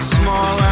small